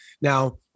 now